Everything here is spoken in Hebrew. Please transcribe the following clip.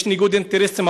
יש ניגוד אינטרסים,